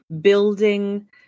building